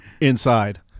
Inside